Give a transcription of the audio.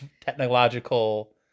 technological